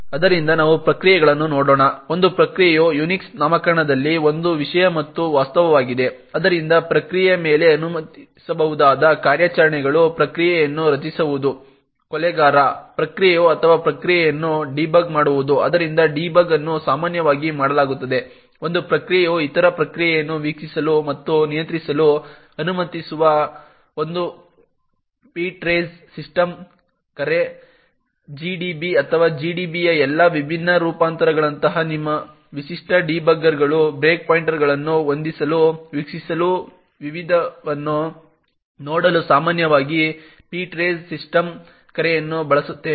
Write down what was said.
ಆದ್ದರಿಂದ ನಾವು ಪ್ರಕ್ರಿಯೆಗಳನ್ನು ನೋಡೋಣ ಒಂದು ಪ್ರಕ್ರಿಯೆಯು UNIX ನಾಮಕರಣದಲ್ಲಿ ಒಂದು ವಿಷಯ ಮತ್ತು ವಸ್ತುವಾಗಿದೆ ಆದ್ದರಿಂದ ಪ್ರಕ್ರಿಯೆಯ ಮೇಲೆ ಅನುಮತಿಸಬಹುದಾದ ಕಾರ್ಯಾಚರಣೆಗಳು ಪ್ರಕ್ರಿಯೆಯನ್ನು ರಚಿಸುವುದು ದೋಷ ನಿವಾರಕ ಪ್ರಕ್ರಿಯೆ ಅಥವಾ ಪ್ರಕ್ರಿಯೆಯನ್ನು ಡೀಬಗ್ ಮಾಡುವುದು ಆದ್ದರಿಂದ ಡೀಬಗ್ ಅನ್ನು ಸಾಮಾನ್ಯವಾಗಿ ಮಾಡಲಾಗುತ್ತದೆ ಒಂದು ಪ್ರಕ್ರಿಯೆಯು ಇತರ ಪ್ರಕ್ರಿಯೆಯನ್ನು ವೀಕ್ಷಿಸಲು ಮತ್ತು ನಿಯಂತ್ರಿಸಲು ಅನುಮತಿಸುವ ಒಂದು ptrace ಸಿಸ್ಟಮ್ ಕರೆ GDB ಅಥವಾ GDB ಯ ಎಲ್ಲಾ ವಿಭಿನ್ನ ರೂಪಾಂತರಗಳಂತಹ ನಿಮ್ಮ ವಿಶಿಷ್ಟ ಡೀಬಗರ್ಗಳು ಬ್ರೇಕ್ಪಾಯಿಂಟ್ಗಳನ್ನು ಹೊಂದಿಸಲು ವೀಕ್ಷಿಸಲು ವಿವಿಧವನ್ನು ನೋಡಲು ಸಾಮಾನ್ಯವಾಗಿ ptrace ಸಿಸ್ಟಮ್ ಕರೆಯನ್ನು ಬಳಸುತ್ತವೆ